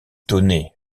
tonnait